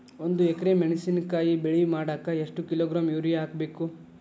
ಒಂದ್ ಎಕರೆ ಮೆಣಸಿನಕಾಯಿ ಬೆಳಿ ಮಾಡಾಕ ಎಷ್ಟ ಕಿಲೋಗ್ರಾಂ ಯೂರಿಯಾ ಹಾಕ್ಬೇಕು?